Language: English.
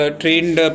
trained